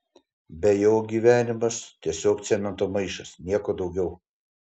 be jo gyvenimas tiesiog cemento maišas nieko daugiau